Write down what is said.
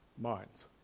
minds